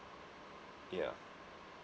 ya